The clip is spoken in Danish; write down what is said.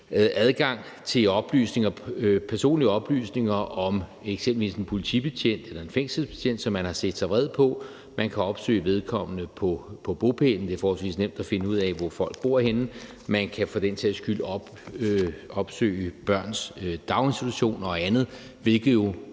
adgang til personlige oplysninger om eksempelvis en politibetjent eller en fængselsbetjent, som man har set sig vred på. Man kan opsøge vedkommende på bopælen – det er forholdsvis nemt at finde ud af, hvorhenne folk bor – og man kan for den sags skyld også opsøge børns daginstitution og andet, hvilket jo